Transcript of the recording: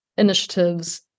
Initiatives